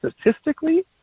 statistically